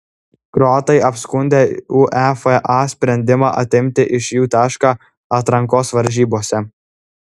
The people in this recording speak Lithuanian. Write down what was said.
kroatai apskundė uefa sprendimą atimti iš jų tašką atrankos varžybose